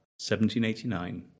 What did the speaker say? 1789